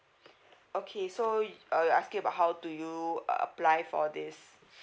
okay so uh you are asking about how do you apply for this